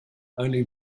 only